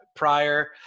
prior